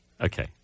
Okay